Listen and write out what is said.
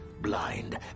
Blind